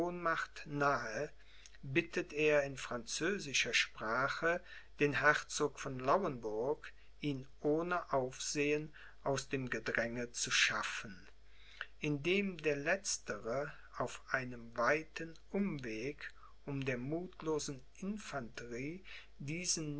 nahe bittet er in französischer sprache den herzog von lauenburg ihn ohne aufsehen aus dem gedränge zu schaffen indem der letztere auf einem weiten umweg um der muthlosen infanterie diesen